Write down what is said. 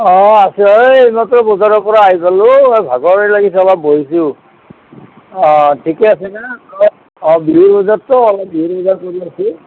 অঁ আছে ঐ এইমাত্ৰ বজাৰৰ পৰা আহি পালোঁ ভাগৰে লাগিছে অলপ বহিছোঁ অঁ ঠিকে আছে না বিহুৰ বজাৰতো অলপ বিহুৰ বজাৰ কৰি আহিছোঁ